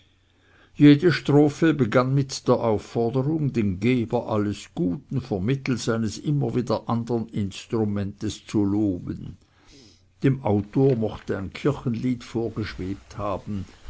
jede strophe begann mit der aufforderung den geber alles guten vermittelst eines immer wieder andern instrumentes zu loben dem autor mochte ein kirchenbild vorgeschwebt haben